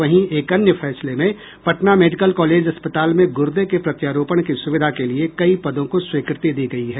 वहीं एक अन्य फैसले में पटना मेडिकल कॉलेज अस्पताल में गुर्दे के प्रत्यारोपण की सुविधा के लिए कई पदों को स्वीकृति दी गयी है